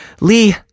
Lee